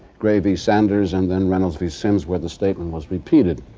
gray v. sanders and then reynolds v. sims where the statement was repeated.